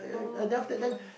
[oh]-my-god